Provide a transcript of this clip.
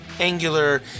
angular